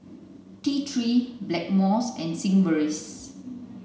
T three Blackmores and Sigvaris